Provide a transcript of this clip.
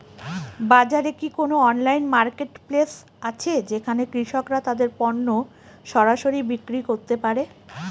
বাজারে কি কোন অনলাইন মার্কেটপ্লেস আছে যেখানে কৃষকরা তাদের পণ্য সরাসরি বিক্রি করতে পারে?